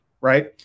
right